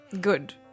good